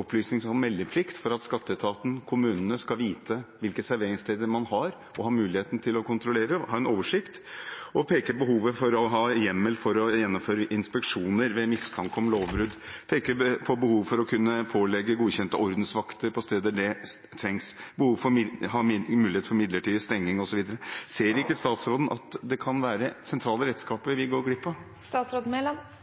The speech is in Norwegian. opplysnings- og meldeplikt for at skatteetaten og kommunene skal vite hvilke serveringssteder man har, og ha muligheten til å kontrollere og ha oversikt, og de peker på behovet for å ha hjemmel for å gjennomføre inspeksjoner ved mistanke om lovbrudd. De peker på behovet for å kunne pålegge godkjente ordensvakter på steder der det trengs, ha mulighet for midlertidig stenging osv. Ser ikke statsråden at det kan være sentrale redskaper vi går glipp av?